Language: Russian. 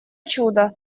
чудо